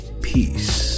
Peace